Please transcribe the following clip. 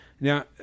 Now